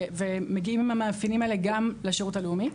ומגיעים עם המאפיינים האלה גם לשירות הלאומי.